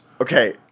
Okay